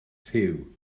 rhyw